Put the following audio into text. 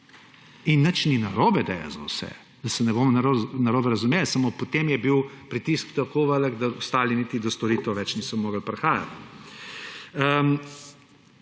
In nič ni narobe, da je za vse, da se ne bomo narobe razumeli, samo potem je bil pritisk tako velik, da ostali niti do storitev niso mogli več prihajati.